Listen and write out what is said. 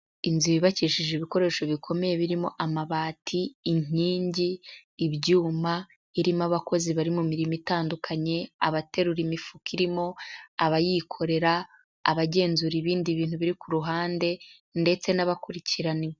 Inzu yubakishije ibikoresho bikomeye birimo amabati, inkingi, ibyuma, irimo abakozi bari mu mirimo itandukanye abaterura imifuka irimo, abayikorera, abagenzura ibindi bintu biri ku ruhande ndetse n'abakurikirana...